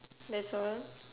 that's all